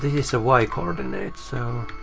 is a y coordinate. so